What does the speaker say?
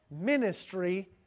ministry